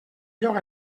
lloc